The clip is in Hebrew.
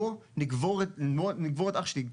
בוא נקבור את אח שלי".